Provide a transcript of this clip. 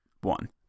one